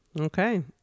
Okay